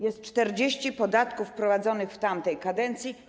Jest 40 podatków wprowadzonych w tamtej kadencji.